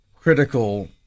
critical